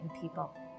people